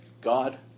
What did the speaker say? God